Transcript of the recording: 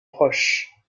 proches